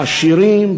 בעשירים,